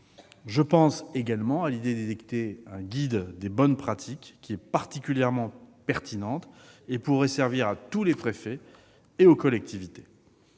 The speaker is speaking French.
Je pense également à l'idée d'édicter un guide de bonnes pratiques, qui est particulièrement pertinent et pourrait servir à tous les préfets et aux collectivités.